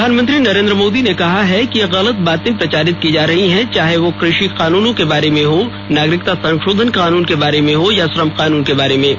प्रधानमंत्री नरेन्द्र मोदी ने कहा है कि गलत बातें प्रचारित की जा रही हैं चाहें वो कृषि कानूनों के बारे में हो नागरिकता संशोधन कानून के बारे में हो या श्रम कानून के बारे में हो